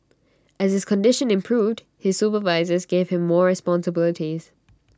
as his condition improved his supervisors gave him more responsibilities